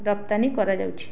ରପ୍ତାନି କରାଯାଉଛି